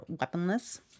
weaponless